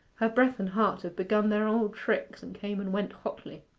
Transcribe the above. her breath and heart had begun their old tricks, and came and went hotly.